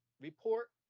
report